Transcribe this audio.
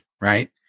Right